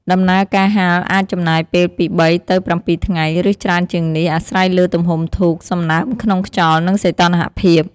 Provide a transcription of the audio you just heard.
ដំណើរការហាលអាចចំណាយពេលពី ៣ ទៅ ៧ ថ្ងៃ ឬច្រើនជាងនេះ អាស្រ័យលើទំហំធូប សំណើមក្នុងខ្យល់ និងសីតុណ្ហភាព។